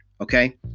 okay